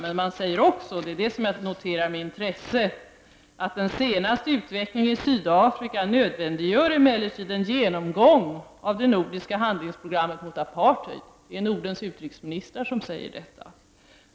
Men man säger också, och det är det jag noterar med intresse, att: den senaste utvecklingen i Sydafrika nödvändiggör emellertid en genomgång av det nordiska handlingsprogrammet mot apartheid. Det är Nordens utrikesministrar som säger detta.